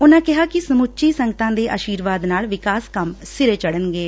ਉਨ੍ਹਾ ਕਿਹਾ ਕਿ ਸਮੁੱਚੀ ਸੰਗਤਾਂ ਦੇ ਆਸ਼ੀਰਵਾਦ ਨਾਲ ਵਿਕਾਸ ਕੱਮ ਸਿਰੇ ਚੜੁਨਗੇ